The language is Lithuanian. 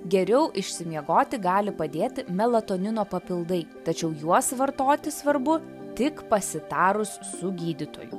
geriau išsimiegoti gali padėti melatonino papildai tačiau juos vartoti svarbu tik pasitarus su gydytoju